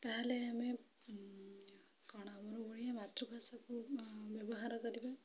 ତାହେଲେ ଆମେ କ'ଣ ଆମର ଓଡ଼ିଆ ମାତୃଭାଷାକୁ ବ୍ୟବହାର କରିବା